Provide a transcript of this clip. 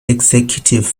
executive